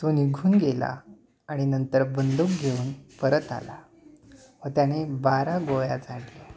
तो निघून गेला आणि नंतर बंदूक घेऊन परत आला व त्याने बारा गोळ्या झाडल्या